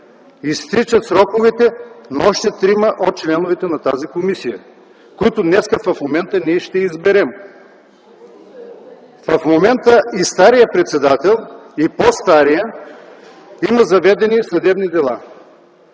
изтичат сроковете на още трима от членовете на тази комисия, които днес в момента ние ще изберем. В момента и старият председател, и по-старият имат заведени съдебни дела.